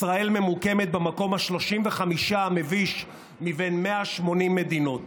ישראל ממוקמת המקום ה-35 המביש מבין 180 מדינות.